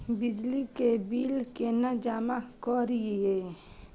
बिजली के बिल केना जमा करिए?